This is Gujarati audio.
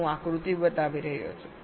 હું આકૃતિ બતાવી રહ્યો છું